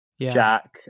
Jack